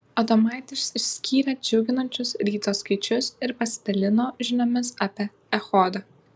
adomaitis išskyrė džiuginančius ryto skaičius ir pasidalino žiniomis apie echodą